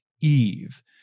Eve